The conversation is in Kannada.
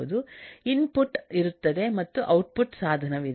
ಇನ್ಪುಟ್ ಇರುತ್ತದೆಮತ್ತು ಔಟ್ಪುಟ್ ಸಾಧನವಿದೆ